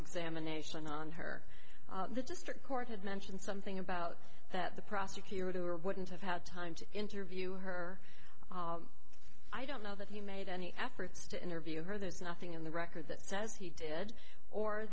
examination on her the district court had mentioned something about that the prosecutor wouldn't have had time to interview her i don't know that he made any efforts to interview her there's nothing in the record that says he did or